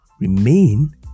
remain